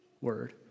word